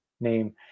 name